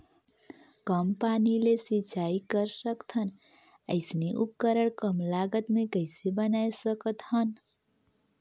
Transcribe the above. कम पानी ले सिंचाई कर सकथन अइसने उपकरण कम लागत मे कइसे बनाय सकत हन?